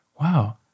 wow